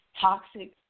toxic